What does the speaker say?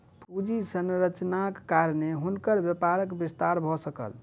पूंजी संरचनाक कारणेँ हुनकर व्यापारक विस्तार भ सकल